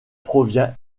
provient